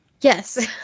yes